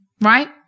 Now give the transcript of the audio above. right